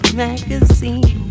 magazine